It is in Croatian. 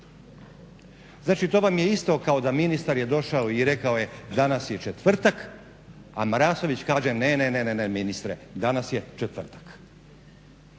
Znači to vam je isto kao da ministar je došao i rekao je danas je četvrtka, na Marasović kaže ne, ne, ne, ministre danas je četvrtak.